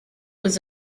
was